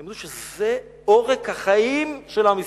הם ידעו שזה עורק החיים של עם ישראל.